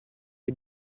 est